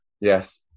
Yes